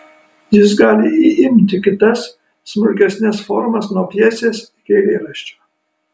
jis gali įimti kitas smulkesnes formas nuo pjesės iki eilėraščio